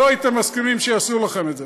לא הייתם מסכימים שיעשו לכם את זה.